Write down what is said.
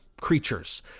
creatures